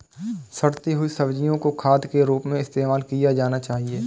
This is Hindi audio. सड़ती हुई सब्जियां को खाद के रूप में इस्तेमाल किया जाना चाहिए